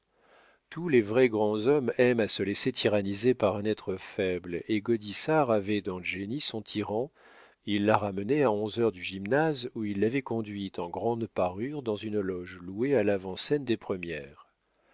tous les vrais grands hommes aiment à se laisser tyranniser par un être faible et gaudissart avait dans jenny son tyran il la ramenait à onze heures du gymnase où il l'avait conduite en grande parure dans une loge louée à l'avant-scène des premières